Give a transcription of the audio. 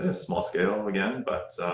ah small scale again, but